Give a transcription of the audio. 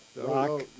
Rock